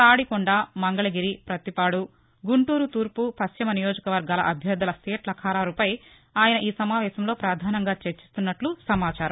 తాడికొండ మంగళగిరి పత్తిపాడు గుంటూరు తూర్పు పశ్చిమ నియోజక వర్గాల అభ్యర్థల సీట్ల ఖరారుపై ఆయన ఈ సమావేశంలో ప్రధానంగా చర్చిస్తున్ననట్ల సమాచారం